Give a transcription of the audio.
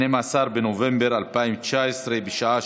12 בנובמבר 2019, בשעה